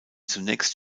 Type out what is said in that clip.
zunächst